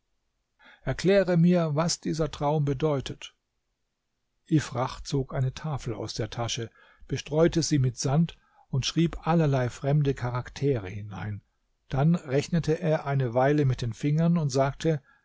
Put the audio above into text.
erkläre mir was dieser traum bedeutet ifrach zog eine tafel aus der tasche bestreute sie mit sand und schrieb allerlei fremde charaktere hinein dann rechnete er eine weile mit den fingern und sagte